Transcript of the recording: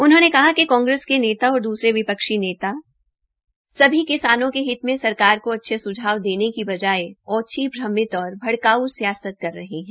उन्होंने कहा कि कांगेस के नेता और दूसरे विपक्षी नेता सभी किसानों के हित मे सरकार को अच्छे सुझाव देने के हित बजाय ओच्छी भ्रमित और भड़काऊ सियासत कर रहे है